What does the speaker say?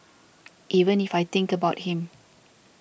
even if I think about him